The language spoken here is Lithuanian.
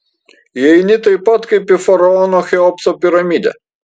įeini taip pat kaip į faraono cheopso piramidę